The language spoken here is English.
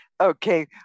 Okay